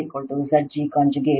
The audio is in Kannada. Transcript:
ಇನ್ನೊಂದು ಪ್ರಕರಣ 3